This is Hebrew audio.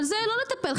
אבל בזה לא נטפל,